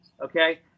Okay